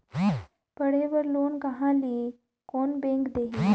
पढ़े बर लोन कहा ली? कोन बैंक देही?